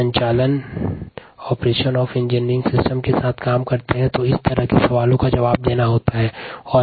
विशेषकर जब हम अभियांत्रिकी तंत्र के संरचनात्मक प्रणाली के साथ काम करते हैं तो मानक सवालों का जवाब देना आसान हो जाता है